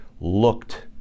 looked